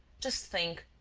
just think,